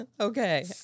Okay